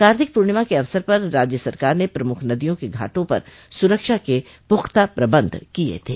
कार्तिक प्रणिमा के अवसर पर राज्य सरकार ने प्रमुख नदियों के घाटों पर सुरक्षा के पुख्ता प्रबंध किये थे